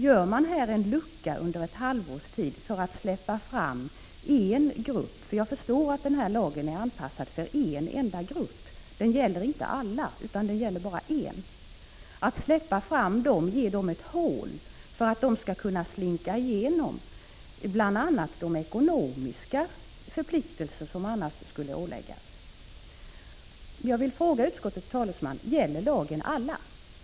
Gör man här en lucka under ett halvårs tid för att släppa fram en grupp — jag förstår att den här lagen är anpassad till en enda grupp; den gäller inte alla — genom ett hål att slinka igenom, undan bl.a. de ekonomiska förpliktelser som man annars skulle åläggas? Jag vill också fråga utskottets talesman: Gäller lagen alla?